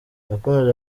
yakomoje